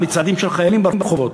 מצעדים של חיילים ברחובות.